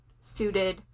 suited